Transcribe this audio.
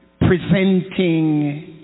presenting